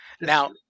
Now